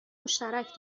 مشترک